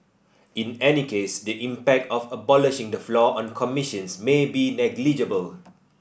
in any case the impact of abolishing the floor on commissions may be negligible